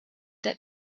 that